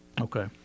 Okay